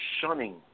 shunning